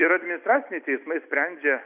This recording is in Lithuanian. ir administraciniai teismai sprendžia